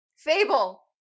Fable